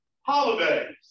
Holidays